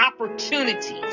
opportunities